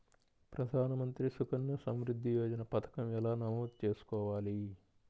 ప్రధాన మంత్రి సుకన్య సంవృద్ధి యోజన పథకం ఎలా నమోదు చేసుకోవాలీ?